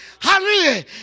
Hallelujah